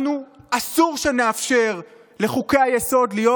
אנחנו, אסור שנאפשר לחוקי-היסוד להיות